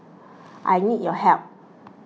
I need your help